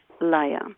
layer